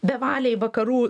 bevaliai vakarų